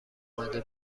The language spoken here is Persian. اومده